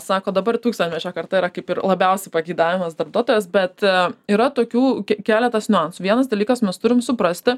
sako dabar tūkstantmečio karta yra kaip ir labiausiai pageidaujamas darbuotojas bet yra tokių ke keletas niuansų vienas dalykas mes turim suprasti